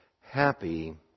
happy